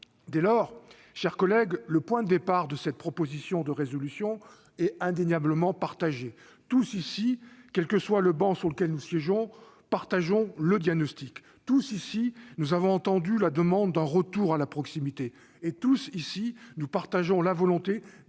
Dès lors, chers collègues, le point de départ de cette proposition de résolution est indéniablement partagé. Tous ici, quelle que soit la travée sur laquelle nous siégeons, nous partageons le diagnostic. Tous ici, nous avons entendu la demande d'un retour à la proximité. Et tous ici, nous partageons la volonté